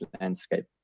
landscape